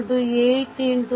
4 3